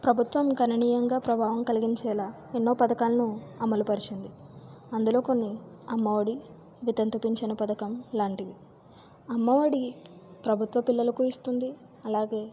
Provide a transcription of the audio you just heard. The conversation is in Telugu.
ప్రభుత్వం గణనీయంగా ప్రభావం కలిగించేలాగ ఎన్నో పథకాలను అమలు పరిచింది అందులో కొన్ని అమ్మఒడి వితంతు పెన్షన్ పథకం లాంటిది అమ్మ ఒడి ప్రభుత్వ పిల్లలకు ఇస్తుంది అలాగే